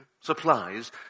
supplies